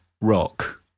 rock